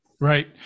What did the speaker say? Right